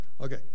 Okay